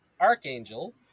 archangel